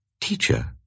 Teacher